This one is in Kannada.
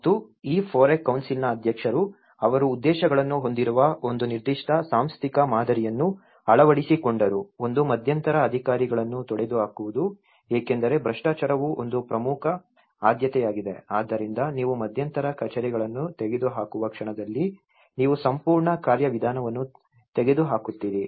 ಮತ್ತು ಈ FOREC ಕೌನ್ಸಿಲ್ನ ಅಧ್ಯಕ್ಷರು ಅವರು ಉದ್ದೇಶಗಳನ್ನು ಹೊಂದಿರುವ ಒಂದು ನಿರ್ದಿಷ್ಟ ಸಾಂಸ್ಥಿಕ ಮಾದರಿಯನ್ನು ಅಳವಡಿಸಿಕೊಂಡರು ಒಂದು ಮಧ್ಯಂತರ ಅಧಿಕಾರಿಗಳನ್ನು ತೊಡೆದುಹಾಕುವುದು ಏಕೆಂದರೆ ಭ್ರಷ್ಟಾಚಾರವು ಒಂದು ಪ್ರಮುಖ ಆದ್ಯತೆಯಾಗಿದೆ ಆದ್ದರಿಂದ ನೀವು ಮಧ್ಯಂತರ ಕಚೇರಿಗಳನ್ನು ತೆಗೆದುಹಾಕುವ ಕ್ಷಣದಲ್ಲಿ ನೀವು ಸಂಪೂರ್ಣ ಕಾರ್ಯವಿಧಾನವನ್ನು ತೆಗೆದುಹಾಕುತ್ತೀರಿ